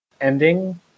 ending